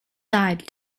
died